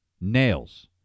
Nails